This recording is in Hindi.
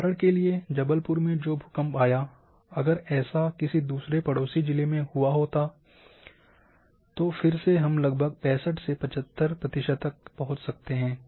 उदाहरण के लिए जबलपुर में जो भूकंप आया अगर ऐसा किसी दूसरे पड़ोसी जिलों में हुआ होता में फिर से हम लगभग 65 से 75 प्रतिशत तक पहुंच सकते हैं